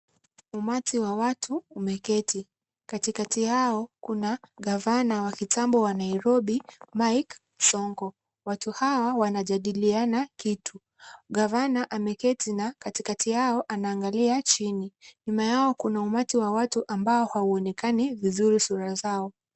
Umati wa watu umeketi. Katikati yao kuna gavana wa kitambo wa Nairobi Mike Sonko. Watu hawa wanajadiliana kitu. Gavana ameketi na katikati yao anaangalia chini. Nyuma yao kuna umati ambao hauonekani vizuri sura zao.